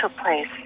place